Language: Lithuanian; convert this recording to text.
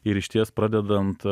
ir išties pradedant